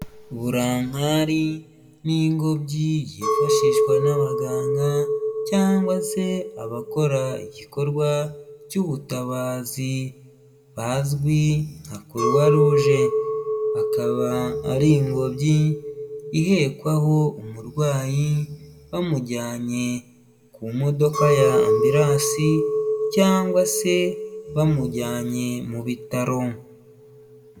Burankari ni ingobyi yifashishwa n'abaganga cyangwa se abakora igikorwa cy'ubutabazi bazwi nka kuruwaruje, akaba ari ingobyi ihekwaho umurwayi bamujyanye ku modoka ya ambiransi cyangwa se bamujyanye mu bitaro.